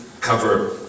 cover